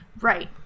Right